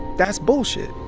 that's bullshit